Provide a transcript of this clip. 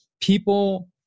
people